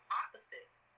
opposites